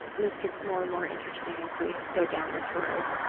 this gets more and more interesting as we go down this road.